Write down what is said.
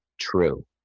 true